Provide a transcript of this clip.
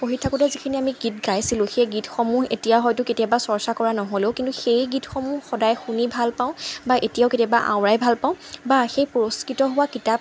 পঢ়ি থাকোঁতে যিখিনি আমি গীত গাইছিলোঁ সেই গীতসমূহ এতিয়া হয়তো কেতিয়াবা চৰ্চা কৰা নহ'লেও কিন্তু সেই গীতসমূহ সদায় শুনি ভালপাওঁ বা এতিয়াও কেতিয়াবা আওৰাই ভালপাওঁ বা সেই পুৰস্কৃত হোৱা কিতাপ